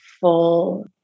full